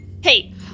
Hey